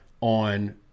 on